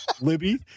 Libby